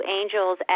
angels